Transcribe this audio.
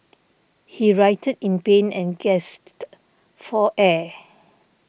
he writhed in pain and gasped for air